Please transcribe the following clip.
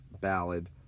ballad